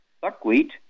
buckwheat